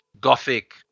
Gothic